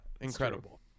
incredible